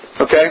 okay